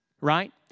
right